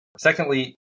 Secondly